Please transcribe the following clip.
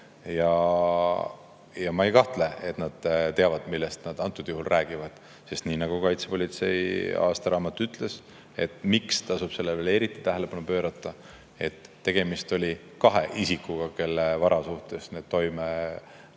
Ma ei kahtle, et nad teavad, millest nad antud juhul räägivad. Kaitsepolitsei aastaraamat ütles, miks tasub sellele veel eriti tähelepanu pöörata: tegemist oli kahe isikuga, kelle vara suhtes rikkumine